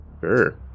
sure